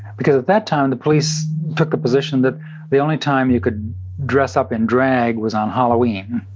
because at that time, the police took a position that the only time you could dress up in drag was on halloween.